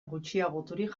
gutxiagoturik